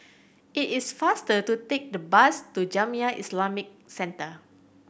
it is faster to take the bus to Jamiyah Islamic Centre